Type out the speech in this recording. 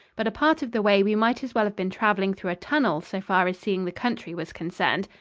but a part of the way we might as well have been traveling through a tunnel so far as seeing the country was concerned.